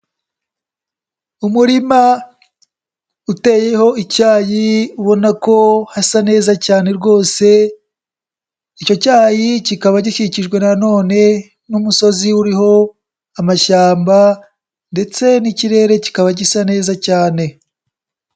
Umurima uteyeho icyayi ubona ko hasa neza cyane rwose, icyo cyayi kikaba gikikijwe na none n'umusozi uriho amashyamba ndetse n'ikirere kikaba gisa neza cyane.